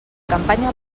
campanya